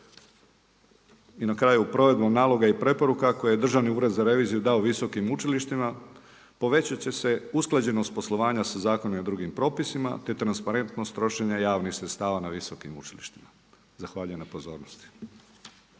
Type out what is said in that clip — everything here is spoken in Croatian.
I na kraju provedbom naloga i preporuka koje je Državni ured za reviziju dao visokim učilištima povećati će se usklađenost poslovanja sa zakonima i drugim propisima te transparentnost trošenja javnih sredstava na visokim učilištima. Zahvaljujem na pozornosti.